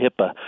HIPAA